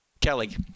Kelly